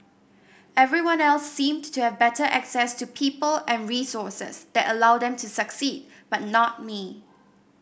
everyone else seemed to have better access to people and resources that allowed them to succeed but not me